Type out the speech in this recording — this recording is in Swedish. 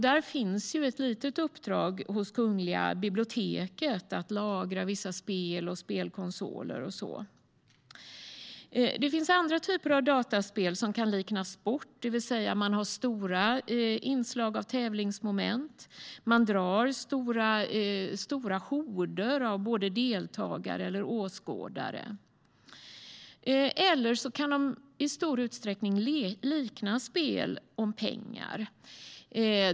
Det finns ett litet uppdrag hos Kungliga biblioteket att lagra vissa spel, spelkonsoler och så vidare. Andra typer av dataspel kan likna sport. De har stora inslag av tävlingsmoment och drar stora horder av både deltagare och åskådare, eller så kan de i stor utsträckning likna spel om pengar.